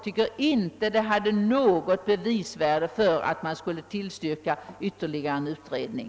Enligt min mening hade de inte något bevisvärde för tillstyrkande av ytterligare en utredning.